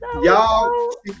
Y'all